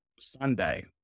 Sunday